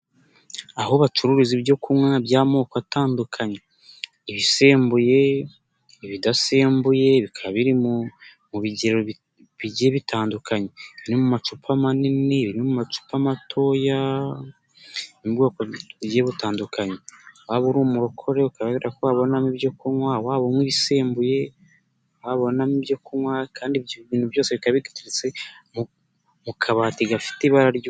Aho bacururiza ibyo kunywa by'amoko atandukanye. Ibisembuye, ibidasembuye, bikaba biri mu bigero bigiye bitandukanye. Ibiri mu macupa manini, birimo amacupa matoya, mu bwoko butandukanye. Waba uri umurokore, ukababa ubona ko wabonamo ibyo kunywa, waba unywa ibisembuye wabonamo ibyo kunywa, kandi ibintu byose bikaba biteretse mu kabati gafite ibarara....